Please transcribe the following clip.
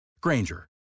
Granger